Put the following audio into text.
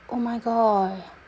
oh my god